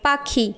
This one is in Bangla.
পাখি